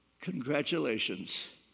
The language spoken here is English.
congratulations